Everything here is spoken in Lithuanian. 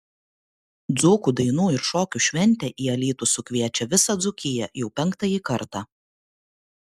dzūkų dainų ir šokių šventė į alytų sukviečia visą dzūkiją jau penktąjį kartą